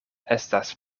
estas